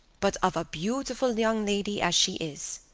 but of a beautiful young lady as she is.